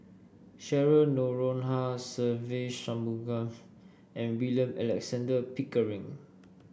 Cheryl Noronha Se Ve Shanmugam and William Alexander Pickering